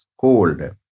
cold